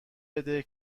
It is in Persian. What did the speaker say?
بده